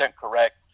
correct